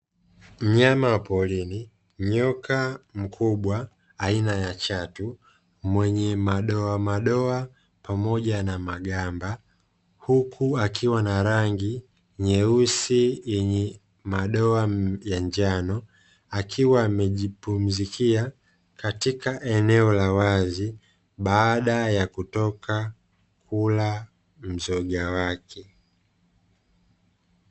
Mnyama wa porini, nyoka mkubwa aina ya chatu mwenye madoa madoa pamoja na magamba, huku akiwa na rangi nyeusi yenye madoa ya njano akiwa amejipumzikia katika eneo la wazi baada ya kutoka kula mzoga wake.